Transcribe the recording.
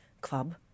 club